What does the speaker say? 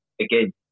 again